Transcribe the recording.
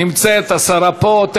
נמצאת, השרה פה.